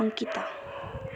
Ankita